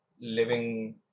living